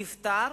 נפתר,